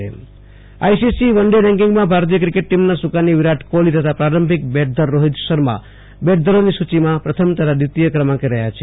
Ashutosh Antani cricket ICC ranking ICC one day રેન્કિંગમાં ભારતીય cricket ટીમના સુકાની વીરાટ કોહલી તથા પ્રારંભિક બેટધર રોહિત શર્મા બેટધરોની સુચિમાં પ્રથમ તથા દ્વિતીય ક્રમાંકે રહ્યા છે